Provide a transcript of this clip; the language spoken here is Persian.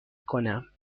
کنم